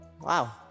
Wow